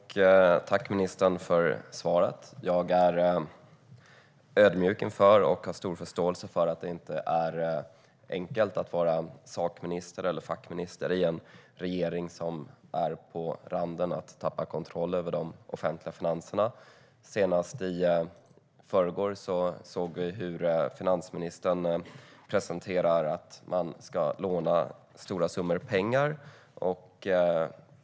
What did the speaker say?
Herr talman! Tack, ministern, för svaret! Jag är ödmjuk inför och har stor förståelse för att det inte är enkelt att vara fackminister i en regering som är på randen till att tappa kontrollen över de offentliga finanserna. Senast i förrgår hörde vi finansministern berätta att man ska låna stora summor pengar.